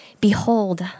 Behold